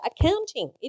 accounting